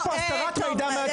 יש פה הסתרת מידע מהציבור.